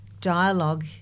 dialogue